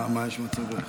מה יש במצבך?